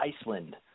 Iceland